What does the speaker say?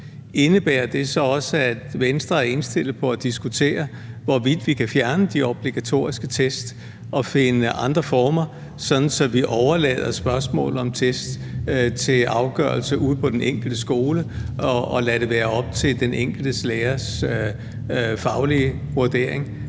indebærer det så også, at Venstre er indstillet på at diskutere, hvorvidt vi kan fjerne de obligatoriske test og finde andre former, sådan at vi overlader spørgsmålet om test til afgørelse ude på den enkelte skole og lader det være op til den enkelte lærers faglige vurdering